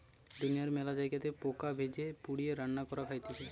দুনিয়ার মেলা জায়গাতে পোকা ভেজে, পুড়িয়ে, রান্না করে খাইতেছে